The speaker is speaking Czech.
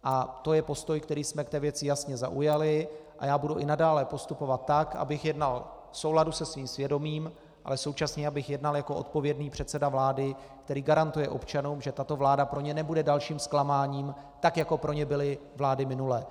A to je postoj, který jsme k té věci jasně zaujali, a já budu i nadále postupovat tak, abych jednal v souladu se svým svědomím, ale současně abych jednal jako odpovědný předseda vlády, který garantuje občanům, že tato vláda pro ně nebude dalším zklamáním, jako pro ně byly vlády minulé.